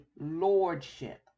lordship